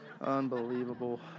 Unbelievable